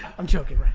i'm joking, ryan.